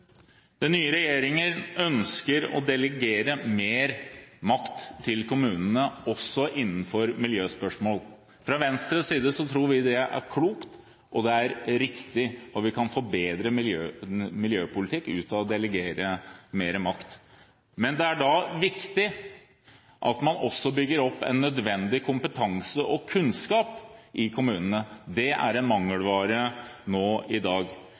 Den nye regjeringen ønsker å delegere mer makt til kommunene, også innenfor miljøspørsmål. Fra Venstres side tror vi det er klokt, og det er riktig når vi kan få bedre miljøpolitikk ut av å delegere mer makt. Men det er da viktig at man også bygger opp en nødvendig kompetanse og kunnskap i kommunene. Det er en mangelvare nå i dag.